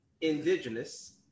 indigenous